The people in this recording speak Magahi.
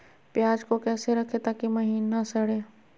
प्याज को कैसे रखे ताकि महिना सड़े?